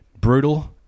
brutal